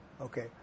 okay